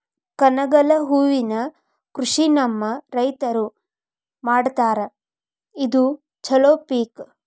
ಕನಗಲ ಹೂವಿನ ಕೃಷಿ ನಮ್ಮ ರೈತರು ಮಾಡತಾರ ಇದು ಚಲೋ ಪಿಕ